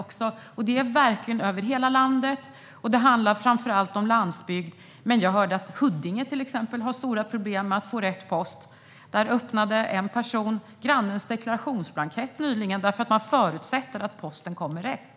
Det handlar verkligen om hela landet, framför allt landsbygden, men jag hörde att även Huddinge har stora problem att få rätt post. En person öppnade grannens deklarationsblankett nyligen - man förutsätter ju att posten kommit rätt.